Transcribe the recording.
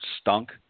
stunk